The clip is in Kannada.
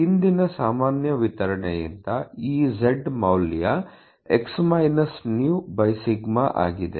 ಹಿಂದಿನ ಸಾಮಾನ್ಯ ವಿತರಣೆಯಿಂದ ಈ z ಮೌಲ್ಯ x µ ಆಗಿದೆ